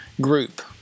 group